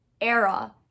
era